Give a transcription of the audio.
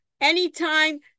Anytime